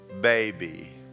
baby